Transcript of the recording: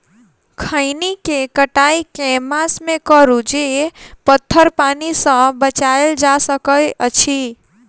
खैनी केँ कटाई केँ मास मे करू जे पथर पानि सँ बचाएल जा सकय अछि?